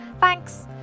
Thanks